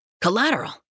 collateral